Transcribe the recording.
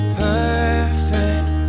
perfect